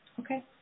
Okay